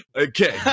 okay